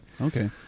Okay